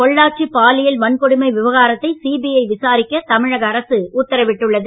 பொள்ளாச்சி பாலியல் வன்கொடுமை விவகாரத்தை சிபிஐ விசாரிக்க தமிழக அரசு உத்தரவிட்டுள்ளது